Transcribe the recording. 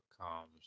comes